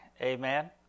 Amen